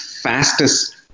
fastest